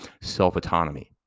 self-autonomy